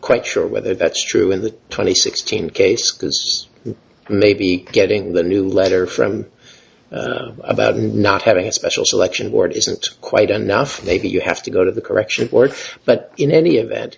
quite sure whether that's true in the twenty sixteen case maybe getting the new letter from about and not having a special selection or it isn't quite enough maybe you have to go to the correction board but in any event